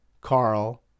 carl